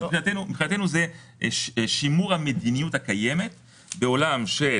מבחינתנו זה שימור המדיניות הקיימת בעולם של